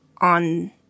on